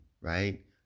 right